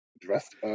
dressed